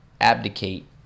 abdicate